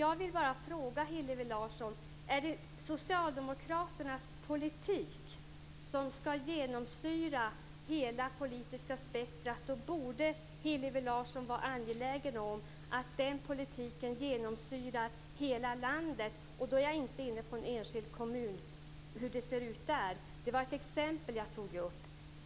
Jag vill bara fråga Hillevi Larsson om det är socialdemokraternas politik som ska genomsyra hela det politiska spektrumet. Då borde Hillevi Larsson vara angelägen om att den politiken genomsyrar hela landet. Då är jag inte inne på hur det ser ut i en enskild kommun. Det var ett exempel jag tog upp.